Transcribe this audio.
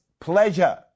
pleasure